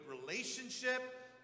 relationship